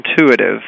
intuitive